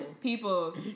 People